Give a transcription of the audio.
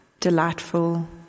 Delightful